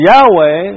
Yahweh